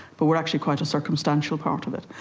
but we are actually quite a circumstantial part of it.